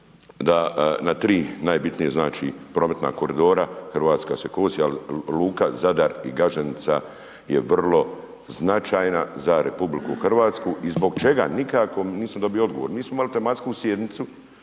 da na 3 najbitnije znači prometna koridora Hrvatska se kosi ali luka Zadar i Gaženica je vrlo značajna za RH i zbog čega nikako, nisam dobio odgovor, mi smo imali tematsku sjednicu